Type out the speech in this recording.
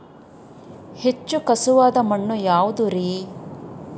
ಹೆಚ್ಚು ಖಸುವಾದ ಮಣ್ಣು ಯಾವುದು ರಿ?